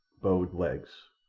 bowed legs.